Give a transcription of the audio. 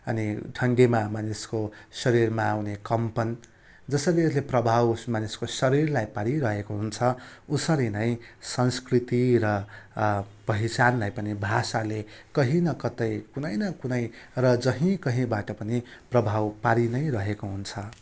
अनि ठन्डीमा मानिसको शरीरमा आउने कम्पन जसरी यसले प्रभाव उस मानिसको शरीरलाई पारिरहेको हुन्छ उसरी नै संस्कृति र पहिचानलाई पनि भाषाले कहीँ न कतै कुनै न कुनै र जहीँ कहीँबाट पनि प्रभाव पारिनै रहेको हुन्छ